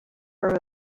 her